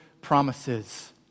promises